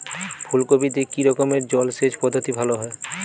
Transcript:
ফুলকপিতে কি রকমের জলসেচ পদ্ধতি ভালো হয়?